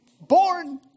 Born